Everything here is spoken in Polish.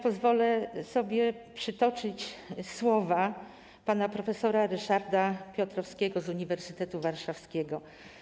Pozwolę sobie przytoczyć słowa pana prof. Ryszarda Piotrowskiego z Uniwersytetu Warszawskiego.